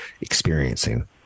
experiencing